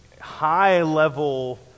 high-level